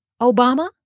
Obama